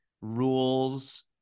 rules